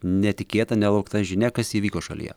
netikėta nelaukta žinia kas įvyko šalyje